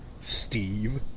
Steve